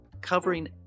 Covering